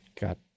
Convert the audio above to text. got